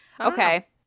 okay